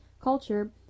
culture